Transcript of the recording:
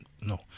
no